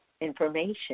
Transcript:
information